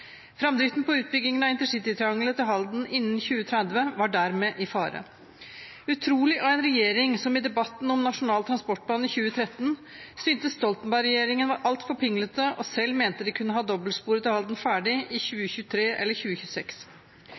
Framdriften på utbyggingen av intercity-triangelet til Halden innen 2030 var dermed i fare. Det er utrolig av en regjering som i debatten om Nasjonal transportplan i 2013 syntes Stoltenberg-regjeringen var altfor pinglete, og selv mente de kunne ha dobbeltsporet til Halden ferdig i 2023 eller 2026.